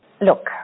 Look